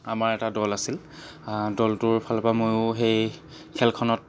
আমাৰ এটা দল আছিল দলটোৰ ফালৰ পৰা মইও সেই খেলখনত